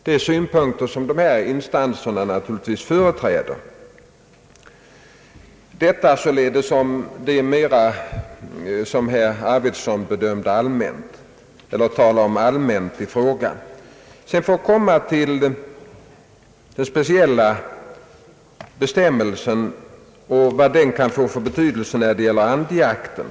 Detta således om det som herr Arvidson mer allmänt berörde. Men så några ord om den aktuella bestämmelsen och vilken betydelse den kan få när det gäller andjakten.